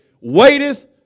Waiteth